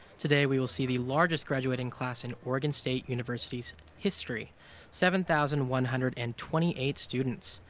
today, we will see the largest graduating class in oregon state university's history seven thousand one hundred and twenty eight students!